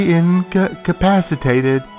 incapacitated